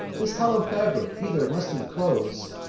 this hollow fabric either must inclose,